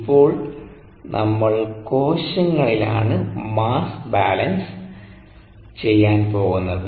ഇപ്പോൾ നമ്മൾ കോശങ്ങളിലാണ് മാസ് ബാലൻസ് ചെയ്യാൻ പോകുന്നത്